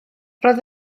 roedd